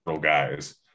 guys